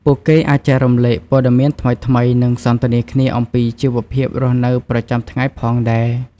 ពួកគេអាចចែករំលែកព័ត៌មានថ្មីៗនិងសន្ទនាគ្នាអំពីជីវភាពរស់នៅប្រចាំថ្ងៃផងដែរ។